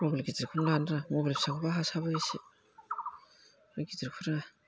mobile गिदोरखौ लानो रोङा मबाइल फिसाखौ हासाबो एसे मबाइल गिदोरखौ रोङा